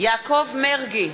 יעקב מרגי,